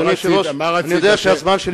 אדוני היושב-ראש,